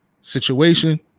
situation